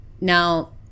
Now